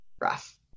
rough